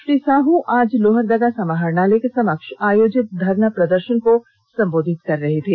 श्री साहू आज लोहरदगा समहारणालय के समक्ष आयोजित धरना प्रदर्षन को सम्बोधित कर रहे थे